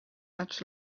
had